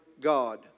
God